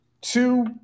two